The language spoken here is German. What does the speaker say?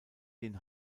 den